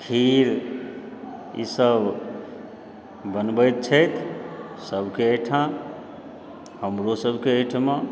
खीर ईसभ बनबैत छथि सभकेँ एहिठाम हमरो सभकेँ अयठमा